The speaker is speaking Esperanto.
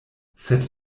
sed